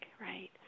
right